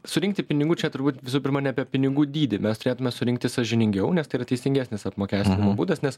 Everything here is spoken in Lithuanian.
surinkti pinigų čia turbūt visų pirma ne apie pinigų dydį mes turėtume surinkti sąžiningiau nes tai yra teisingesnis apmokestinimo būdas nes